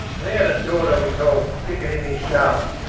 and he had a daughter we called picaninny charlotte,